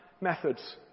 methods